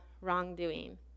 wrongdoing